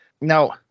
Now